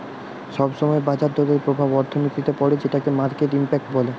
সব সময় বাজার দরের প্রভাব অর্থনীতিতে পড়ে যেটোকে মার্কেট ইমপ্যাক্ট বলে